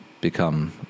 become